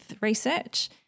research